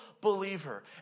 believer